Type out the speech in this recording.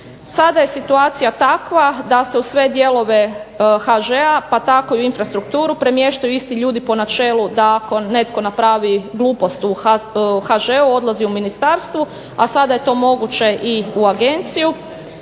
Sada je situacija takva da se u sve dijelove HŽ-a pa tako i u infrastrukturu premještaju isti ljudi po načelu da ako netko napravi glupost u HŽ-u odlazi u ministarstvo, a sada je to moguće i u agenciju